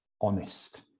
honest